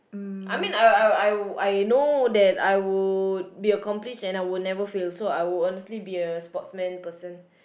I mean I I I'll I know that I would be accomplished and I will never fail so I would honestly be a sportsman person